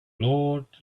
lord